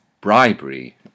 bribery